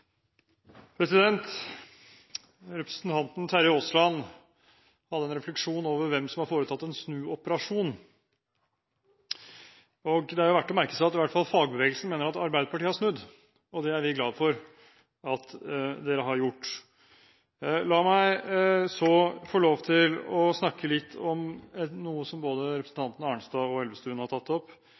dag. Representanten Terje Aasland hadde en refleksjon over hvem som har foretatt en snuoperasjon, og det er verdt å merke seg at i hvert fall fagbevegelsen mener at Arbeiderpartiet har snudd. Det er vi glad for at Arbeiderpartiet har gjort. La meg så få lov til å snakke litt om noe som både representanten Arnstad og representanten Elvestuen har tatt opp,